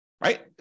right